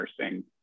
nursing